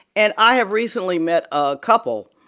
and i have recently met a couple.